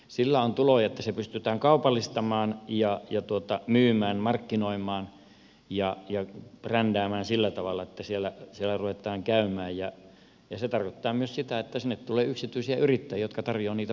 sillä saa tuloja että se pystytään kaupallistamaan myymään markkinoimaan ja brändäämään sillä tavalla että siellä ruvetaan käymään ja se tarkoittaa myös sitä että sinne tulee yksityisiä yrittäjiä jotka tarjoavat niitä palveluita